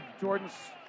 Jordan's